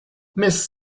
miss